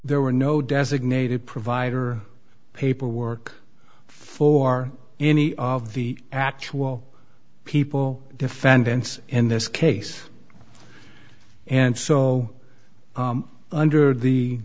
there were no designated provider paperwork for any of the actual people defendants in this case and so under the